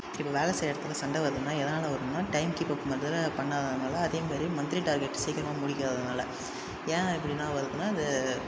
இப்போ வேலை செய்கிற இடத்துல சண்டை வருதுன்னால் எதனால் வரும்னா டைம் கீப்பப் பண்ணாத பண்ணாததனால அதேமாதிரி மந்த்லி டார்கெட் சீக்கிரமா முடிக்காததனால ஏன் இப்படிலாம் வருதுன்னால் இந்த